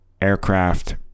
aircraft